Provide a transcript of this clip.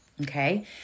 okay